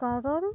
ᱠᱟᱨᱚᱱ